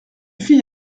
fille